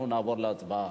אנחנו נעבור להצבעה.